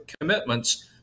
commitments